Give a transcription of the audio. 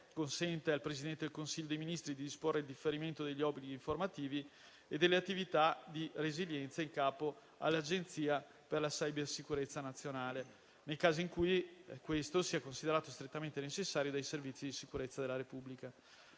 consente al Presidente del Consiglio dei ministri di disporre il differimento degli obblighi informativi e delle attività di resilienza in capo all'Agenzia per la cybersicurezza nazionale, nei casi in cui questo sia considerato strettamente necessario dai servizi di sicurezza della Repubblica.